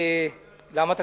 למה אתה?